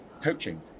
coaching